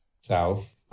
south